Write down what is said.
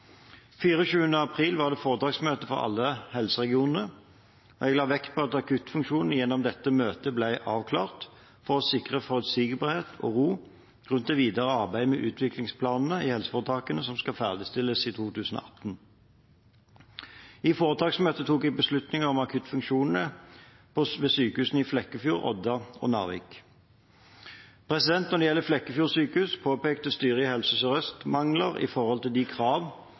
24. april var det foretaksmøte for alle helseregionene, og jeg la vekt på at akuttfunksjonene gjennom dette møtet ble avklart, for å sikre forutsigbarhet og ro rundt det videre arbeidet med utviklingsplanene i helseforetakene, som skal ferdigstilles i 2018. I foretaksmøtet tok jeg beslutninger om akuttfunksjonene ved sykehusene i Flekkefjord, Odda og Narvik. Når det gjelder Flekkefjord sykehus, påpekte styret i Helse Sør-Øst mangler når det gjaldt krav til prosess og dokumentasjon som gjelder for saker hvor det planlegges endring i